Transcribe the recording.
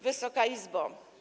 Wysoka Izbo!